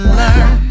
learn